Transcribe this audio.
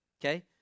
okay